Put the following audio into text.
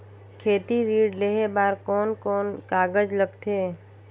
खेती ऋण लेहे बार कोन कोन कागज लगथे?